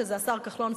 שזה השר כחלון,